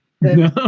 no